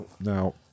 Now